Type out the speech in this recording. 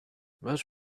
but